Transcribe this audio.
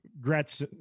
Gretz